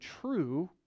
true